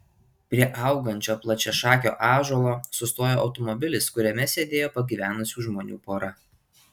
prie augančio plačiašakio ąžuolo sustojo automobilis kuriame sėdėjo pagyvenusių žmonių pora